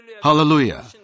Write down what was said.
Hallelujah